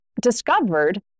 discovered